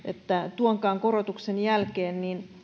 tuonkin korotuksen jälkeen